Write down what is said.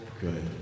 good